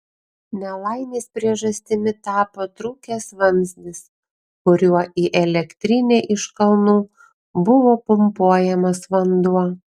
nelaimės priežastimi tapo trūkęs vamzdis kuriuo į elektrinę iš kalnų buvo pumpuojamas vanduo